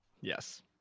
Yes